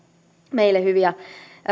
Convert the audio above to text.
meille hyviä